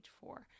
four